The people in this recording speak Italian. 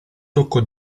tocco